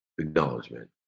acknowledgement